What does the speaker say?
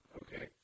okay